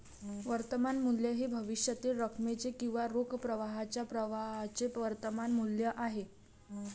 वर्तमान मूल्य हे भविष्यातील रकमेचे किंवा रोख प्रवाहाच्या प्रवाहाचे वर्तमान मूल्य आहे